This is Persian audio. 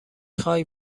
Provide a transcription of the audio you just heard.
خوای